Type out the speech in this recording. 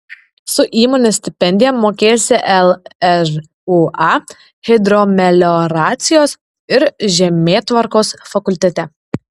su įmonės stipendija mokėsi lžūa hidromelioracijos ir žemėtvarkos fakultete